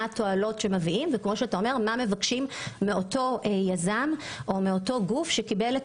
התועלת שמפיקים ומה מבקשים מהיזם שמקבל את